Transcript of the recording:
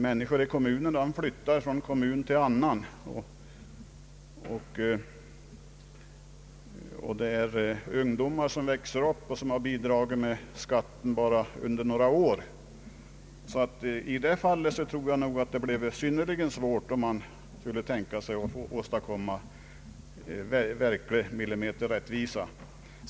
Människor flyttar från en kommun till en annan, och ungdomar som växer upp har ju bidragit med skatten bara under några år. Så i det fallet tror jag nog att det skulle bli synnerligen svårt att åstadkomma verklig rättvisa.